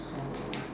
so